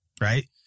Right